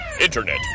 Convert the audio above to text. Internet